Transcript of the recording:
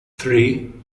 three